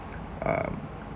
um